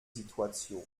situation